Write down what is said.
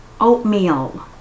oatmeal